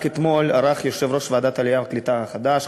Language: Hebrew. רק אתמול ערך יושב-ראש ועדת העלייה והקליטה החדש,